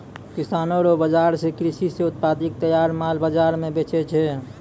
किसानो रो बाजार से कृषि से उत्पादित तैयार माल बाजार मे बेचै छै